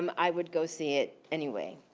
um i would go see it anyway.